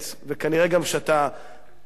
עובדתית אתה,